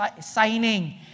signing